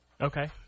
Okay